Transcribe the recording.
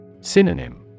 Synonym